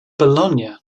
bologna